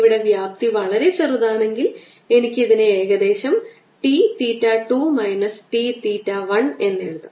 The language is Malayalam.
ഇവിടെ വ്യാപ്തി വളരെ ചെറുതാണെങ്കിൽ എനിക്ക് ഇതിനെ ഏകദേശം T theta 2 minus T theta 1 എന്ന് എഴുതാം